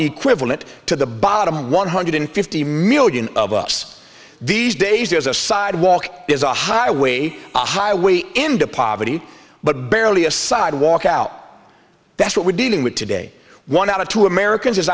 equivalent to the bottom one hundred fifty million of us these days there's a sidewalk is a highway a highway into poverty but barely a sidewalk out that's what we're dealing with today one out of two americans